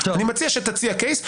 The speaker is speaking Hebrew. אני מציע שתציע קייס,